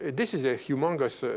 this is a humongous ah